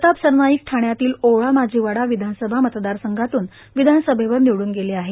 प्रताप सरनाईक ठाण्यातील ओवळा माजिवडा विधानसभा मतदारसंघातून विधानसभेवर निवडून गेले आहेत